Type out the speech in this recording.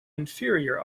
inferior